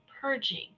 purging